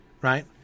right